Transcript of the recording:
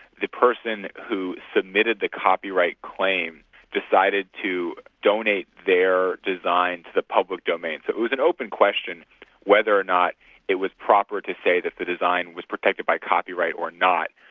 the person who submitted the copyright claim decided to donate their design to the public domain, so it was an open question whether or not it was proper to say that the design was protected by copyright or not.